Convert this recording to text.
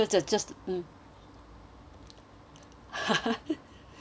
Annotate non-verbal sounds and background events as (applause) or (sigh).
(laughs) mm